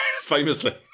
famously